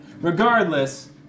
regardless